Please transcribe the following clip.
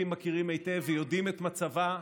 מכירים היטב ויודעים את מצבה,